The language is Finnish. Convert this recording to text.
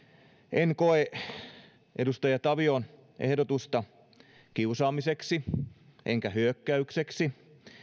en koe edustaja tavion ehdotusta kiusaamiseksi enkä hyökkäykseksi